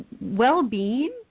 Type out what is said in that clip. well-being